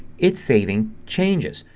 it's saving changes.